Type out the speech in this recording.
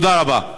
תודה רבה.